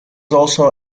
also